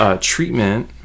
treatment